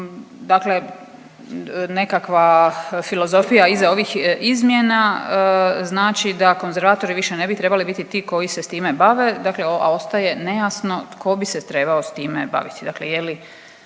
dakle nekakva filozofija iza ovih izmjena znači da konzervatori više ne bi trebali biti ti koji se s time bave. Dakle, a ostaje nejasno tko bi se trebao s time baviti.